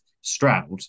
Stroud